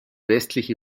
westliche